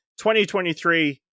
2023